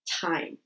time